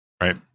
Right